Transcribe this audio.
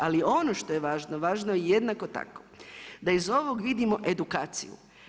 Ali o no što je važno, važno je i jednako tako da iz ovog vidimo edukaciju.